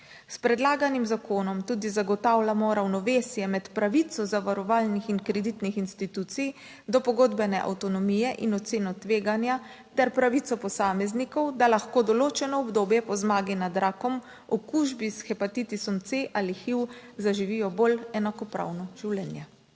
S predlaganim zakonom tudi zagotavljamo ravnovesje med pravico zavarovalnih in kreditnih institucij do pogodbene avtonomije in oceno tveganja ter pravico posameznikov, da lahko določeno obdobje po zmagi nad rakom, okužbi s hepatitisom C ali HIV zaživijo bolj enakopravno življenje.